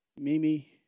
Mimi